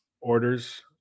orders